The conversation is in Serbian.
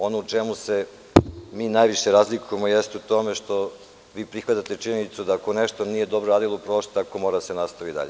Ono u čemu se mi najviše razlikujemo, jeste u tome što vi prihvatate činjenicu da ako nešto nije dobro radilo u prošlosti, da tako mora da se nastavi dalje.